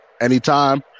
anytime